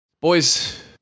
Boys